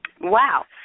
Wow